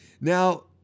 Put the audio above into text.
Now